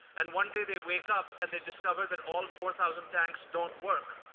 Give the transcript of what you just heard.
and one day they wake up and they discovered that all four thousand tanks don't work